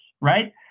right